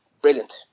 brilliant